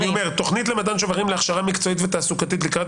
אני אומר: תכנית למתן שוברים להכשרה מקצועית ותעסוקתית לקראת